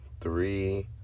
three